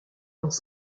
dans